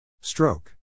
Stroke